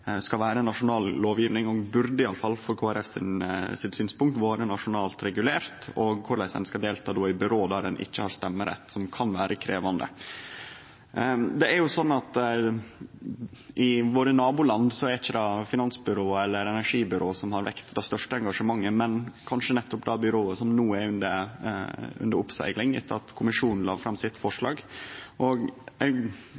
skal vere nasjonal lovgjeving, og som burde – iallfall frå Kristeleg Folkepartis synspunkt – ha vore nasjonalt regulert, og korleis ein då skal delta i byrå der ein ikkje har stemmerett, noko som kan vere krevjande. I nabolanda våre er det ikkje finansbyrået eller energibyrået som har vekt det største engasjementet, men kanskje nettopp det byrået som no er under oppsegling etter at Kommisjonen la fram sitt